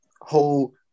whole